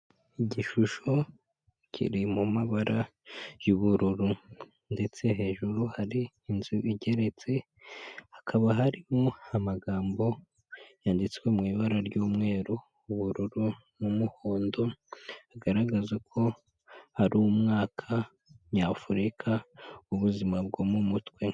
Igishusho kiri mu mabara y'ubururu ndetse hejuru hari inzu igeretse, hakaba harimo amagambo yanditswe mu ibara ry'umweru, ubururu n'umuhondo, agaragaza ko ari umwaka nyafurika w’ubuzima bwo mu mutwe.